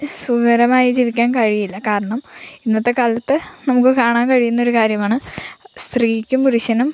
സുഖകരമായി ജീവിക്കാൻ കഴിയില്ല കാരണം ഇന്നത്തെ കാലത്ത് നമുക്ക് കാണാൻ കഴിയുന്ന ഒരു കാര്യമാണ് സ്ത്രീയ്ക്കും പുരുഷനും